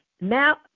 now